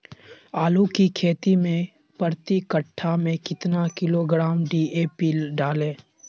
आलू की खेती मे प्रति कट्ठा में कितना किलोग्राम डी.ए.पी डाले?